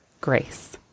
grace